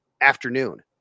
afternoon